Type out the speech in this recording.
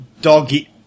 Doggy